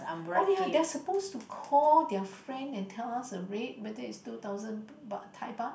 oh ya they're suppose to call their friend and tell us the rate whether is two thousand baht Thai Baht